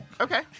Okay